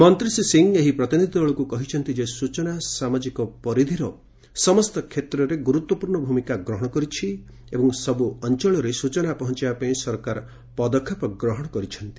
ମନ୍ତ୍ରୀ ଶ୍ରୀ ସିଂ ଏହି ପ୍ରତିନିଧି ଦଳକୁ କହିଛନ୍ତି ଯେ 'ସୂଚନା' ସାମାଜିକ ପରିଧିର ସମସ୍ତ କ୍ଷେତ୍ରରେ ଗୁରୁତ୍ୱପୂର୍ଣ୍ଣ ଭୂମିକା ଗ୍ରହଣ କରିଛି ଏବଂ ସବୁ ଅଞ୍ଚଳରେ ସୂଚନା ପହଞ୍ଚାଇବା ପାଇଁ ସରକାର ପଦକ୍ଷେପ ନେଇଛନ୍ତି